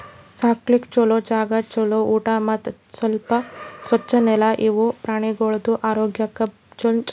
ಸಾಕ್ಲುಕ್ ಛಲೋ ಜಾಗ, ಛಲೋ ಊಟಾ ಮತ್ತ್ ಸ್ವಚ್ ನೆಲ ಇವು ಪ್ರಾಣಿಗೊಳ್ದು ಆರೋಗ್ಯಕ್ಕ ಬೇಕ್ ಆತುದ್